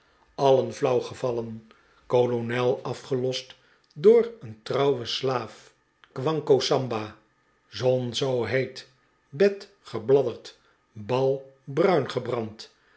flauw gevallen kolonel afgelost door een trouwen slaaf quanko samba zon zoo heet bat gebladderd bal bruingebrand